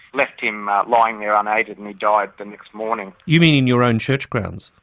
left him lying there unaided and he died the next morning. you mean in your own church grounds?